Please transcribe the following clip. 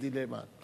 בדילמה.